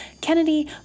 Kennedy